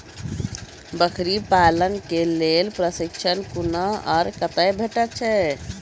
बकरी पालन के लेल प्रशिक्षण कूना आर कते भेटैत छै?